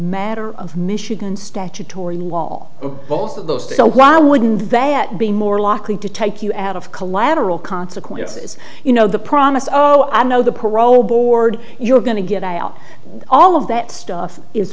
matter of michigan statutory law both of those why wouldn't that be more likely to take you out of collateral consequences you know the promised oh i know the parole board you're going to get out all of that stuff is